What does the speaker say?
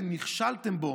אתם נכשלתם בו.